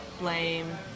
blame